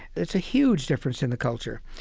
it's a huge difference in the culture.